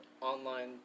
Online